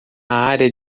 área